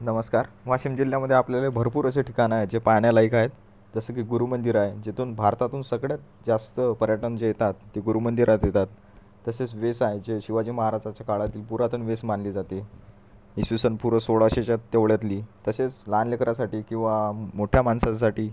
नमस्कार वाशिम जिल्ह्यामधे आपल्याला भरपूर अशी ठिकाणं आहेत जे पाहण्यालायक आहेत जसे की गुरू मंदिर आहे जिथून भारतातून सगळ्यात जास्त पर्यटन जे येतात ते गुरू मंदिरात येतात तसेच वेस आहे जे शिवाजी महाराजाच्या काळातील पुरातन वेस मानली जाते इसवीसन पूर्व सोळाशेच्या तेवढ्यातली तसेच लहान लेकरासाठी किंवा मोठ्या माणसांसाठी